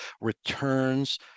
returns